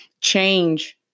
change